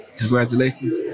congratulations